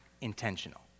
intentional